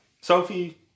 Sophie